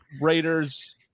Raiders